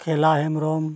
ᱠᱷᱮᱞᱟ ᱦᱮᱢᱵᱽᱨᱚᱢ